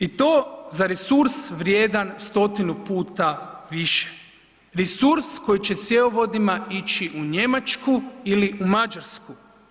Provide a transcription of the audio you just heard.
I to za resurs vrijedan stotinu puta više, resurs koji će cjevovodima ići u Njemačku ili u Mađarsku.